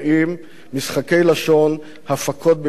משחקי לשון, הפקות במיליוני שקלים,